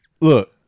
look